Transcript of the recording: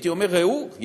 הייתי אומר: ראו,